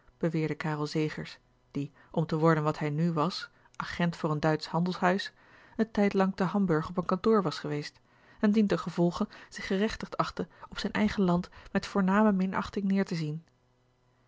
beweerde karel zegers die om te worden wat hij nu was agent voor a l g bosboom-toussaint langs een omweg een duitsch handelshuis een tijdlang te hamburg op een kantoor was geweest en dientengevolge zich gerechtigd achtte op zijn eigen land met voorname minachting neer te zien